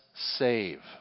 save